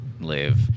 live